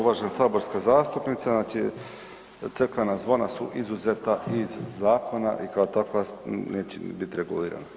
Uvažena saborska zastupnice znači crkvena zvona su izuzeta iz zakona i kao takva neće ni biti regulirana.